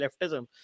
leftism